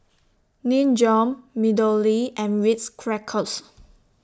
Nin Jiom Meadowlea and Ritz Crackers